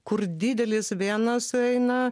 kur didelis vienas eina